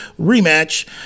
rematch